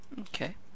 Okay